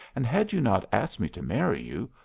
and had you not asked me to marry you,